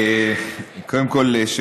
קודם כול,